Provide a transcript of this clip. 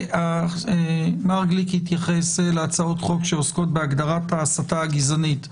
מר גליק התייחס להצעות חוק שעוסקות בהגדרת ההסתה הגזענית.